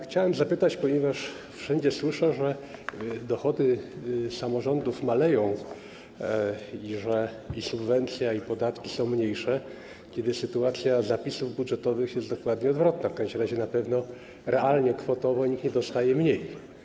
Chciałbym o to zapytać, ponieważ wszędzie słyszę, że dochody samorządów maleją i że subwencja i podatki są mniejsze, a sytuacja zapisów budżetowych jest dokładnie odwrotna, w każdym razie na pewno realnie kwotowo nikt nie dostaje mniej.